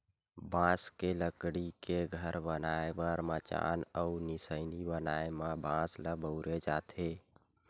बांस के लकड़ी के घर बनाए बर मचान अउ निसइनी बनाए म बांस ल बउरे जाथे